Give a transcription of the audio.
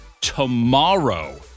tomorrow